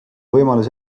võimalus